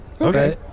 Okay